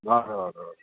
हजुर हजुर